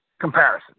comparison